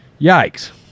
Yikes